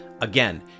Again